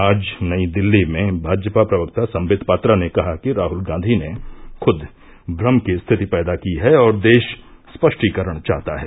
आज नई दिल्ली में भाजपा प्रवक्ता संबित पात्रा ने कहा कि राहल गांधी ने खूद भ्रम की स्थिति पैदा की है और देष स्पश्टीकरण चाहता है